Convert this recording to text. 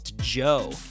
Joe